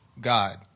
god